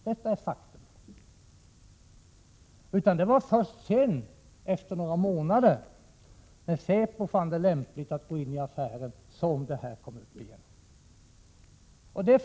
Detta är faktum. Det var först senare, efter några månader, när säpo fann det lämpligt att gå in i affären, som det här kom upp igen.